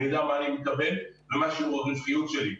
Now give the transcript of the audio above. אני יודע מה אני מקבל ומה שיעור הרווחיות שלי.